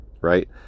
right